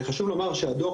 חשוב לומר שהדוח,